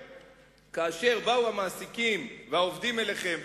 כאשר באו המעסיקים והעובדים אליכם,